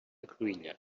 cruïlla